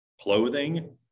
clothing